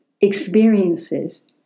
experiences